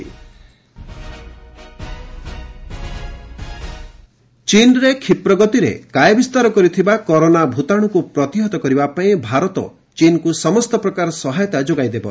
Modi China ଚୀନରେ କ୍ଷୀପ୍ର ଗତିରେ କାୟାବିସ୍ତାର କରିଥିବା କରୋନା ଭୂତାଶ୍ରକ୍ ପ୍ରତିହତ କରିବା ପାଇଁ ଭାରତ ଚୀନକ୍ତ ସମସ୍ତ ପ୍ରକାର ସହାୟତା ଯୋଗାଇଦେବ